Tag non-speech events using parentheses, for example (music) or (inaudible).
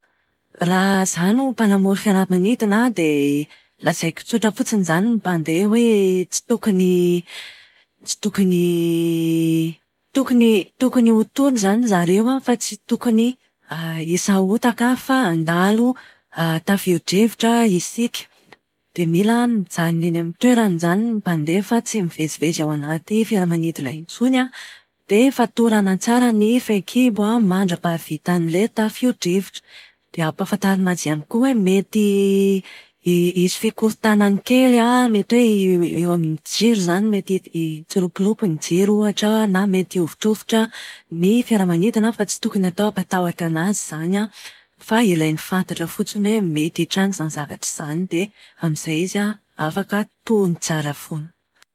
Raha zaho no mpanamory fiaramanidina an, dia lazaiko tsotra fotsiny izany ny mpandeha hoe tsy tokony tsy tokony tokony tokony ho tony izany zareo an fa tsy tokony hisahotaka fa handalo tafio-drivotra isika. Dia mila mijanona eny amin'ny toerany izany ny mpandeha fa tsy mivezivezy ao anaty fiaramanidina intsony an, dia fatorana tsara ny fehikibo an, mandrapahavitan'ilay tafio-drivotra. Dia ampahafantarina azy ihany koa hoe mety (hesitation) hisy fikorontanany kely an, mety hoe eo amin'ny jiro izany mety hitsilopilopy ny jiro ohatra na mety hihovitrovitra ny fiaramanidina fa tsy tokony atao hampatahotra anazy izany an, fa ilainy fantatra fotsiny hoe mety hitranga izany zavatra izany. Dia amin'izay izy an afaka tony tsara foana.